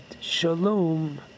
Shalom